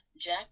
Jack